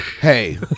Hey